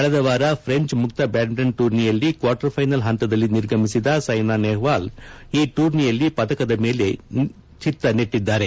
ಕಳೆದ ವಾರ ಫ್ರೆಂಚ್ ಮುಕ್ತ ಬ್ಯಾಡ್ಮಿಂಟನ್ ಟೂರ್ನಿಯಲ್ಲಿ ಕ್ವಾರ್ಟರ್ ಫೈನಲ್ ಹಂತದಲ್ಲಿ ನಿರ್ಗಮಿಸಿದ ಸೈನಾ ನೆಹ್ವಾಲ್ ಈ ಟೂರ್ನಿಯಲ್ಲಿ ಪದಕದ ಮೇಲೆ ಚಿತ್ತ ನೆಟ್ಟಿದ್ದಾರೆ